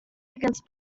against